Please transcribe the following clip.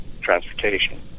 transportation